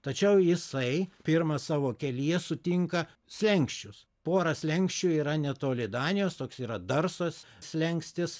tačiau jisai pirma savo kelyje sutinka slenksčius pora slenksčių yra netoli danijos toks yra darsos slenkstis